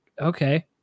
okay